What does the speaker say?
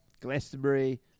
Glastonbury